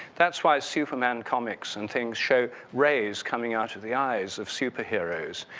that's why superman comics and things show rays coming out of the eyes of superheroes.